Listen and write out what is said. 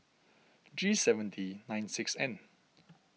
G seven D nine six N